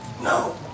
No